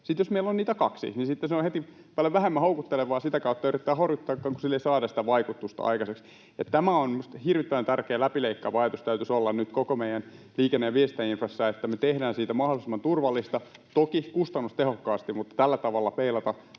Sitten jos meillä on niitä kaksi, on heti paljon vähemmän houkuttelevaa sitä kautta yrittää horjuttaa, kun sillä ei saada sitä vaikutusta aikaiseksi. Tämä on minusta hirvittävän tärkeä läpileikkaava ajatus, jonka täytyisi olla nyt koko meidän liikenne- ja viestintäinfrassa, että me tehdään siitä mahdollisimman turvallista, toki kustannustehokkaasti, mutta tässä ajassa on aivan